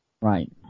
Right